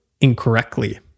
incorrectly